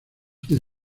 the